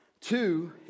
Two